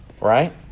right